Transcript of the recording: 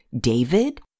David